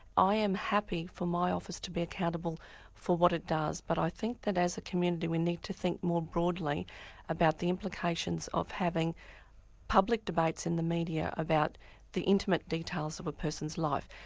i am happy for my office to be accountable for what it does but i think that as a community we need to think more broadly about the implications of having public debates in the media about the intimate details of a person's life.